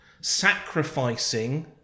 sacrificing